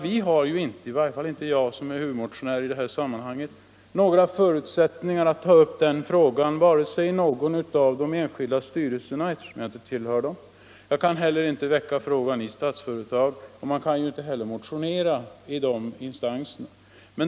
I varje fall har inte jag, som är huvudmotionär, några förutsättningar att ta upp frågan i vare sig några av de enskilda styrelserna, eftersom jag inte tillhör dem, eller i Statsföretag, och jag kan inte heller motionera i dessa instanser.